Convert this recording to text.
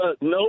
no